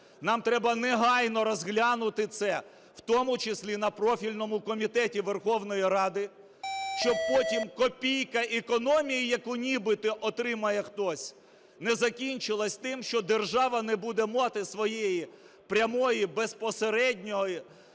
Нам треба негайно розглянути це, в тому числі на профільному комітеті Верховної Ради, щоб потім копійка економії, яку нібито отримає хтось, не закінчилась тим, що держава не буде мати своєї прямої, безпосередньої